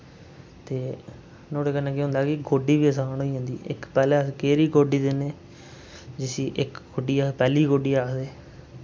ते नुआढ़े कन्नै केह् होंदा कि गोड्डी बी असान होई जंदी इक पैह्लें अस केरी गोड्डी दिन्ने जिसी इक गोड्डिये हा पैह्ली गोड्डी आखदे